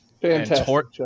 Fantastic